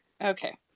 Okay